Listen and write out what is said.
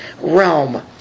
realm